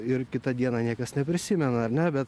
ir kitą dieną niekas neprisimena ar ne bet